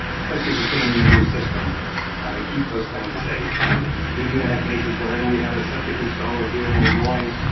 especially if you're putting in a new system to keep those things safe. and we've even had cases where. i know we had a septic installer here in illinois,